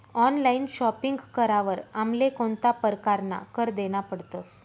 Online shopping करावर आमले कोणता परकारना कर देना पडतस?